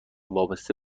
وابسته